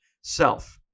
self